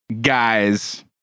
guys